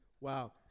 Wow